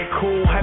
Cool